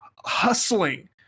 hustling